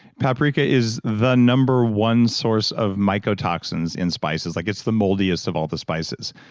paprika is the number one source of mycotoxins in spices. like it's the moldiest of all the spices.